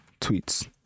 tweets